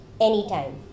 anytime